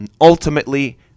ultimately